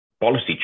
policy